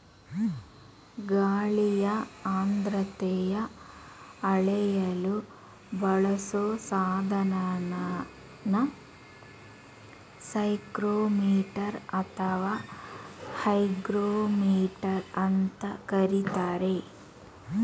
ಗಾಳಿಯ ಆರ್ದ್ರತೆನ ಅಳೆಯಲು ಬಳಸೊ ಸಾಧನನ ಸೈಕ್ರೋಮೀಟರ್ ಅಥವಾ ಹೈಗ್ರೋಮೀಟರ್ ಅಂತ ಕರೀತಾರೆ